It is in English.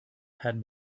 had